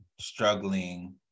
struggling